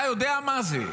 אתה יודע מה זה,